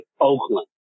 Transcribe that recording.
Oakland